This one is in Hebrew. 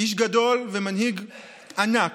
איש גדול ומנהיג ענק.